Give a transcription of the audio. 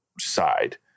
side